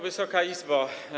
Wysoka Izbo!